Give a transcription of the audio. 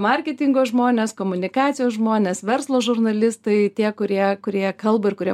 marketingo žmonės komunikacijos žmonės verslo žurnalistai tie kurie kurie kalba ir kurie